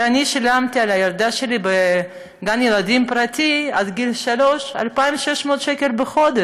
אני שילמתי על הילדה שלי בגן ילדים פרטי עד גיל שלוש 2,600 בחודש.